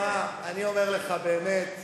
שמע, אני אומר לך, באמת,